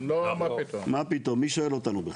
מה פתאום, מי שואל אותנו בכלל?